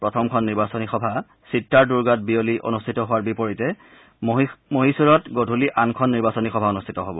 প্ৰথম খন নিৰ্বচনী সভা চিত্ৰাৰদুৰ্গাত বিয়লি অনুষ্ঠিত হোৱাৰ বিপৰীতে মহীশূৰত গধুলি আনখন নিৰ্বাচনী সভা অনুষ্ঠিত হ'ব